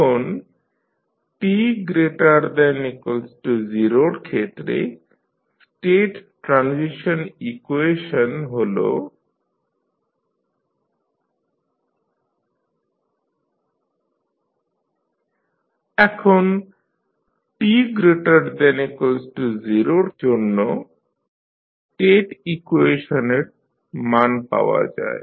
এখন t≥0 এর ক্ষেত্রে স্টেট ট্রানজিশন ইকুয়েশন হল xtφtx00tt τBudτt≥0 এখন t≥0 এর জন্য স্টেট ট্রানজিশন ইকুয়েশনের মান পাওয়া যায় t B এবং u এর মানও ইকুয়েশনে দেওয়া হয়েছে